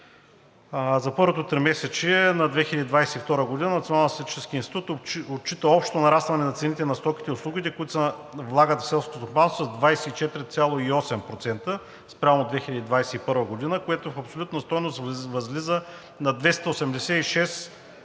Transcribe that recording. За първото тримесечие на 2022 г. Националният статистически институт отчита общо нарастване на цените на стоките и услугите, които се влагат в селското стопанство, с 24,8% спрямо 2021 г., което в абсолютна стойност възлиза на 286